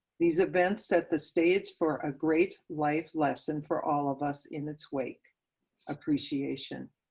these events set the stage for a great life lesson for all of us in its wake appreciation.